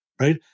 right